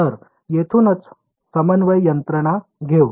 तर येथूनच समन्वय यंत्रणा घेऊ